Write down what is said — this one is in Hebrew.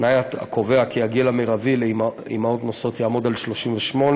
תנאי הקובע כי הגיל המרבי לאימהות נושאות יעמוד על 38,